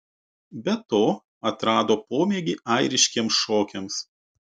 be to atrado pomėgį airiškiems šokiams